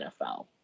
NFL